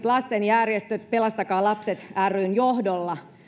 lastenjärjestöt pelastakaa lapset ryn johdolla